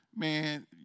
Man